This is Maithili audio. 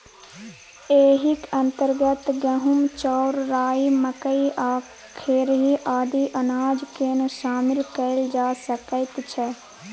एहिक अंतर्गत गहूम, चाउर, राई, मकई आ खेरही आदि अनाजकेँ शामिल कएल जा सकैत छै